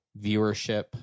viewership